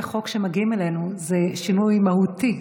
חוק שמגיעים אלינו זה שינוי מהותי,